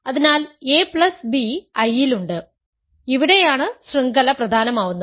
അതിനാൽ ab I ലുണ്ട് ഇവിടെയാണ് ശൃംഖല പ്രധാനമാവുന്നത്